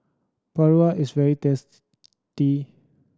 paru is very